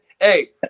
hey